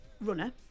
runner